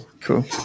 cool